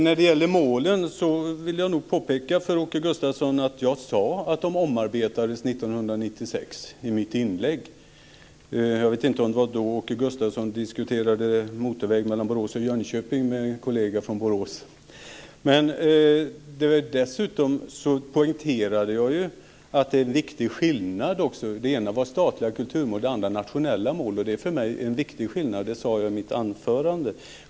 Jag vill påpeka för Åke Gustavsson att jag sade i mitt inlägg att målen omarbetades 1996. Jag vet inte om det var då Åke Gustavsson diskuterade motorväg mellan Borås och Jönköping med en kollega från Borås. Dessutom poängterade jag att det finns en viktig skillnad. Det ena var statliga kulturmål. Det andra var nationella mål. Det är för mig en viktig skillnad, och det sade jag i mitt anförande.